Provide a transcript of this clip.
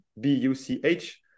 b-u-c-h